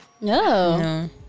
No